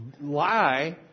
lie